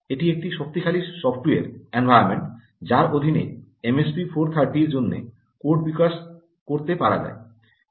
এটি একটি শক্তিশালী সফটওয়্যার এনভায়রনমেন্ট যার অধীনে এমএসপির 430 জন্য কোড বিকাশ করতে পারা যায়